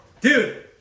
dude